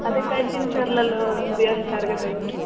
అది కంచిన్చర్లలో ఉంది అంటారు కదండి